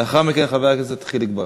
לאחר מכן, חבר הכנסת חיליק בר.